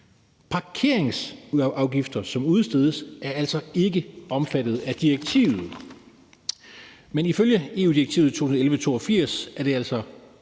Parkeringsafgifter, som udstedes, er altså ikke omfattet af direktivet. Ifølge EU-direktivet 2011/82 er det altså